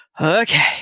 okay